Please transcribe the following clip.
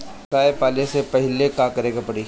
गया पाले से पहिले का करे के पारी?